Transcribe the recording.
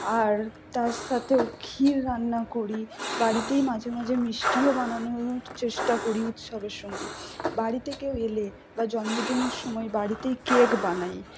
আর তার সাথেও ক্ষীর রান্না করি বাড়িতেই মাঝে মাঝে মিষ্টিও বানানোর চেষ্টা করি উৎসবের সময় বাড়িতে কেউ এলে বা জন্মদিনের সময় বাড়িতেই কেক বানাই